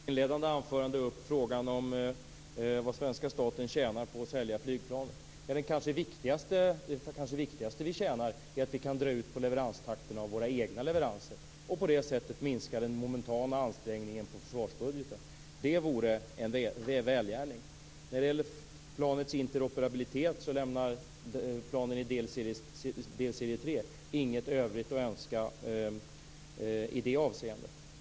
Fru talman! Stig Sandström tog i sitt inledande anförande upp frågan vad svenska staten tjänar på att sälja JAS Gripen. Den kanske viktigaste vinsten är att vi kan dra ut på takten i våra egna leveranser och på det sättet minska den momentana ansträngningen på försvarsbudgeten. Det vore en välgärning. När det gäller interoperabiliteten lämnar planen i delserie 3 inget övrigt att önska.